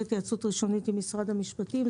התייעצות ראשונית עם משרד המשפטים.